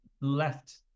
left